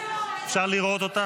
אפשר לראות?